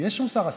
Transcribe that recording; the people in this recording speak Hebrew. יש מוסר השכל?